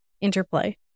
interplay